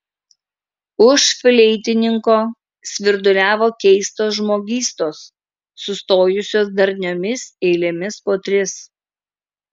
už fleitininko svirduliavo keistos žmogystos sustojusios darniomis eilėmis po tris